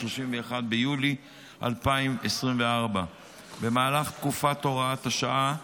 31 ביולי 2024. במהלך תקופת הוראת השעה,